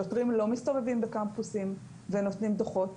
שוטרים לא מסתובבים בקמפוסים ונותנים דוחות,